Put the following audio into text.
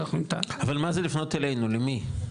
אבל מה זה לפנות אלינו, למי?